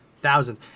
thousand